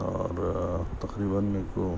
اور تقریباً میرے کو